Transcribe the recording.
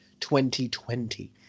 2020